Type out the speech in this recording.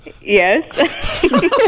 Yes